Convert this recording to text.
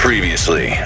Previously